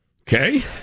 Okay